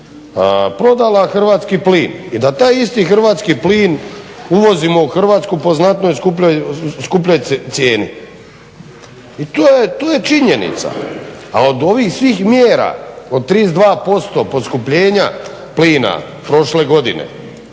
prodala hrvatski plin i da taj isti hrvatski plin uvozimo u Hrvatsku po znatno skupljoj cijeni. I to je činjenica. A od ovih svih mjera, od 32% poskupljenja plina prošle godine